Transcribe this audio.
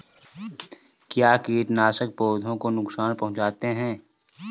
क्या कीटनाशक पौधों को नुकसान पहुँचाते हैं?